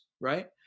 right